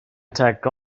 attack